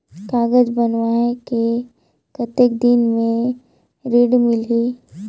कागज बनवाय के कतेक दिन मे ऋण मिलही?